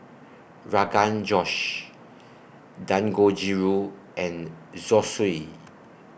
Rogan Josh Dangojiru and Zosui